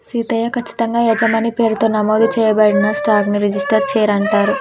సీతయ్య, కచ్చితంగా యజమాని పేరుతో నమోదు చేయబడిన స్టాక్ ని రిజిస్టరు షేర్ అంటారు